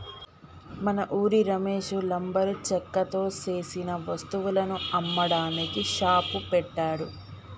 మన ఉరి రమేష్ లంబరు చెక్కతో సేసిన వస్తువులను అమ్మడానికి షాప్ పెట్టాడు